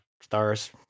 stars